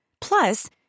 Plus